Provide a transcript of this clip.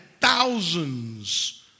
thousands